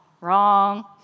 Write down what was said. Wrong